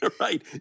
Right